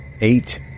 Eight